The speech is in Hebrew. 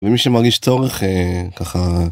ומי שמרגיש צורך ככה.